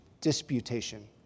disputation